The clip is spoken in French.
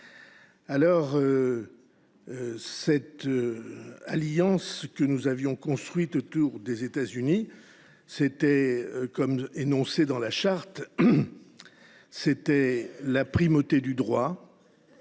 guerre. Cette alliance que nous avons construite autour des États Unis reposait, comme énoncé dans la Charte, sur la primauté du droit